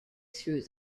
through